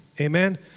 Amen